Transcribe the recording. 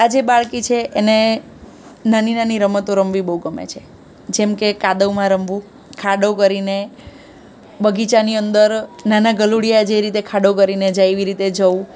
આજે બાળકી છે એને નાની નાની રમતો રમવી બહુ ગમે છે જેમકે કાદવમાં રમવું ખાડો કરીને બગીચાની અંદર નાનાં ગલૂડિયા જે રીતે ખાડો કરીને જાય એવી રીતે જવું